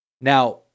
Now